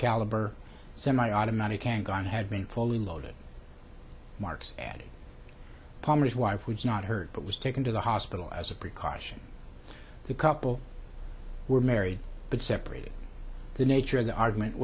caliber semiautomatic handgun had been fully loaded mark's addy palmer's wife was not hurt but was taken to the hospital as a precaution the couple were married but separated the nature of the argument